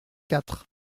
quatre